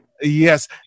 Yes